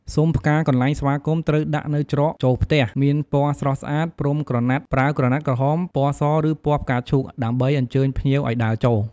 ស៊ុមផ្កាកន្លែងស្វាគមន៍ត្រូវដាក់នៅច្រកចូលផ្ទះ មានពណ៌ស្រស់ស្អាត ព្រំក្រណាត់ប្រើក្រណាត់ក្រហម ពណ៌ស ឬពណ៌ផ្កាឈូក ដើម្បីអញ្ជើញភ្ញៀវឲ្យដើរចូល។